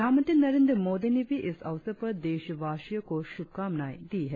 प्रधानमंत्री नरेंद्र मोदी ने भी इस अवसर पर देशवासियों को शुभकामनाए दी है